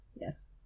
yes